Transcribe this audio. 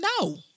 no